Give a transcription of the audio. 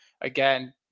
again